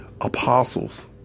apostles